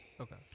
Okay